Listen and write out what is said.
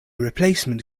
replacement